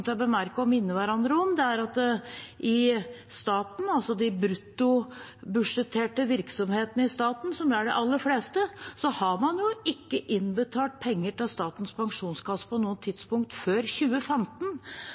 til å bemerke, og som vi bør minne hverandre om, er at i staten – altså i de bruttobudsjetterte virksomhetene i staten, som er de aller fleste – har man ikke innbetalt penger til Statens pensjonskasse på